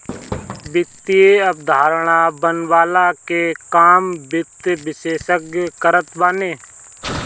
वित्तीय अवधारणा बनवला के काम वित्त विशेषज्ञ करत बाने